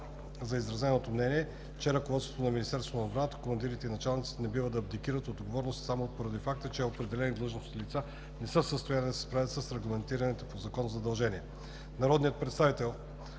за изразеното мнение е, че ръководството на Министерството на отбраната, командирите и началниците не бива да абдикират от отговорности само поради факта, че определени длъжностни лица не са в състояние да се справят с регламентираните по закон задължения. Народният представител